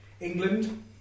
England